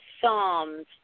psalms